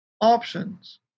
options